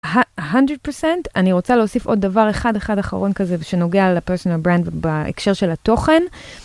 100% אני רוצה להוסיף עוד דבר אחד אחד אחרון כזה שנוגע לפרסונל ברנד בהקשר של התוכן.